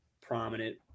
prominent